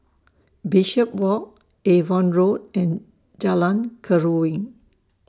Bishopswalk Avon Road and Jalan Keruing